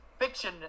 fiction